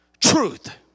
truth